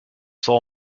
soul